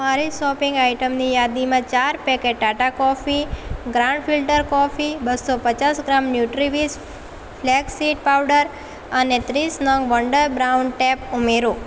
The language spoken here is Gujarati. મારી શોપિંગ આઈટમની યાદીમાં ચાર packet Tata coffee grand filter coffee બસો પચાસ gram Nutriwish flax seed powder અને ત્રીસ નંગ વન્ડર બ્રાઉન ટેપ ઉમેરો